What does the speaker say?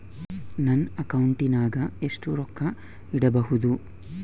ನನ್ನ ಅಕೌಂಟಿನಾಗ ಎಷ್ಟು ರೊಕ್ಕ ಇಡಬಹುದು?